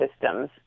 systems